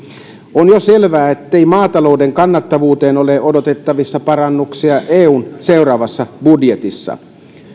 on jo selvää ettei maatalouden kannattavuuteen ole odotettavissa parannuksia eun seuraavassa budjetissa